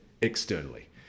externally